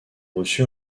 reçu